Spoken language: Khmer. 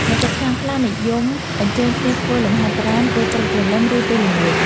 អ្នកជិតខាងខ្លះនិយមអញ្ជើញគ្នាធ្វើលំហាត់ប្រាណពេលព្រឹកព្រលឹម ឬពេលល្ងាច។